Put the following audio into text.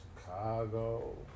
Chicago